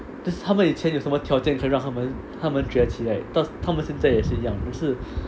just 他们以前有什么条件可以让他们他们嚼起 right 他们现在也是一样是